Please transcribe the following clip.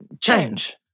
change